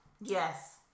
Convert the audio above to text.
Yes